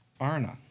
Arna